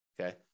Okay